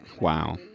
Wow